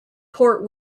port